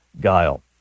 guile